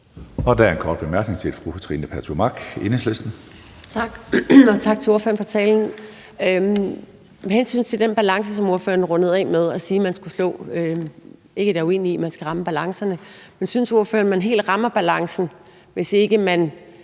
Der er en kort bemærkning til fru Trine Pertou Mach, Enhedslisten. Kl. 10:07 Trine Pertou Mach (EL): Tak, og tak til ordføreren for talen. Med hensyn til den balance, som ordføreren rundede af med at sige at man skulle forstå, er jeg ikke uenig; man skal ramme balancerne. Men synes ordføreren, at man helt rammer balancen, hvis man